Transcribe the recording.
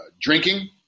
drinking